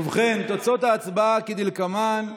ובכן, תוצאות ההצבעה הן כדלקמן: